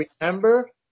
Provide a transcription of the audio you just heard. remember